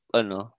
ano